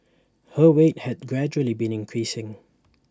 her weight has gradually been increasing